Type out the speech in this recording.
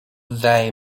they